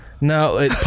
No